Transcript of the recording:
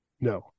No